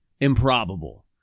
improbable